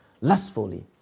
lustfully